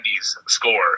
score